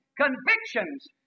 Convictions